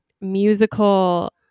musical